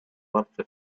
ławce